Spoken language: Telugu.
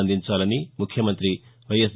అందించాలని ముఖ్యమంతి వైఎస్